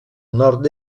nord